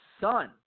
son